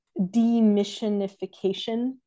demissionification